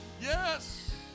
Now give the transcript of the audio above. Yes